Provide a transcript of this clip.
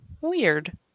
weird